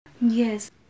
yes